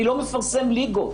אני לא מפרסם ליגות.